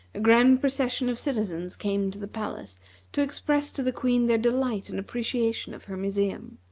a grand procession of citizens came to the palace to express to the queen their delight and appreciation of her museum.